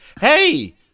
hey